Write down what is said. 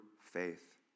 faith